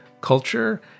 culture